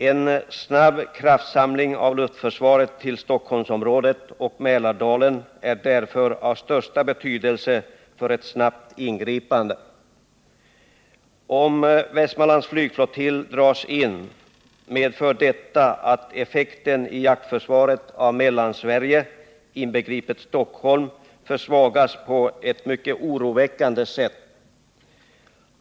En snabb kraftsamling av luftförsvaret till Stockholmsområdet och Mälardalen är därför av största betydelse för ett snabbt ingripande. Om Västmanlands flygflottilj dras in, medför detta att effekten inom jaktförsvaret av Mellansverige, Stockholm inbegripet, försvagas på ett oroväckande sätt.